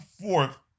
fourth